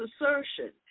assertion